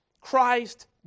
Christ